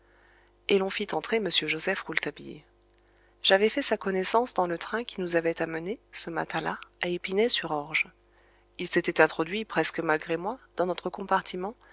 et l'on fit entrer m joseph rouletabille j'avais fait sa connaissance dans le train qui nous avait amenés ce matin-là à épinay sur orge il s'était introduit presque malgré moi dans notre compartiment